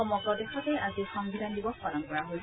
সমগ্ৰ দেশতে আজি সংবিধান দিৱস পালন কৰা হৈছে